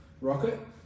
Rocket